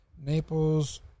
Naples